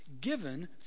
given